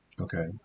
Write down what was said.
okay